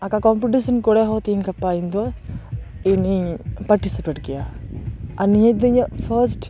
ᱟᱸᱠᱟ ᱠᱚᱢᱯᱤᱴᱤᱥᱮᱱ ᱠᱚᱨᱮ ᱦᱚᱸ ᱛᱮᱦᱮᱧ ᱜᱟᱯᱟ ᱤᱧ ᱫᱚ ᱤᱧᱤᱧ ᱯᱟᱴᱤᱥᱤᱯᱮᱴ ᱜᱮᱭᱟ ᱟᱨ ᱱᱤᱭᱟᱹ ᱫᱤ ᱤᱧᱟᱹᱜ ᱯᱷᱟᱥᱴ